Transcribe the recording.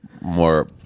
more